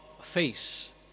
face